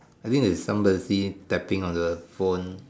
I think there is somebody stepping on the phone